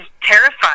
terrified